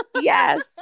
yes